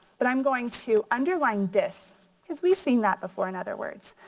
but i'm going to underline dis cause we've seen that before in other words.